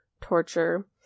torture